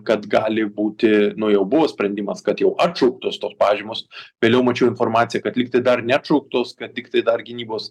kad gali būti nu jau buvo sprendimas kad jau atšauktos tos pažymos vėliau mačiau informaciją kad lyg tai dar neatšauktos kad tiktai dar gynybos